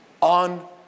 on